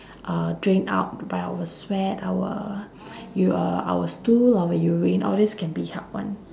uh drain out by our sweat our your our stool our urine all this can be helped [one]